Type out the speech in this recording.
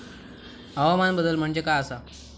हवामान बदल म्हणजे काय आसा?